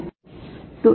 वास्तव में यहाँ है